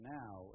now